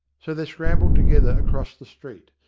so they scrambled together across the street,